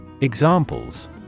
Examples